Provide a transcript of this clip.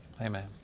Amen